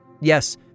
Yes